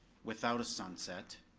without a sunset,